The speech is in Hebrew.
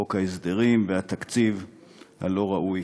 חוק ההסדרים והתקציב הלא-ראוי